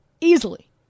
Easily